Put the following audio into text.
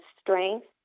strength